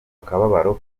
akababaro